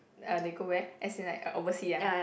uh they go where as in like uh oversea ah